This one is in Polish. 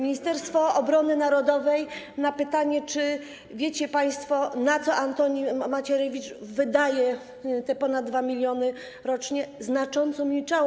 Ministerstwo Obrony Narodowej na pytanie, czy wiecie państwo, na co Antoni Macierewicz wydaje te ponad 2 mln rocznie, znacząco milczało.